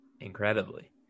incredibly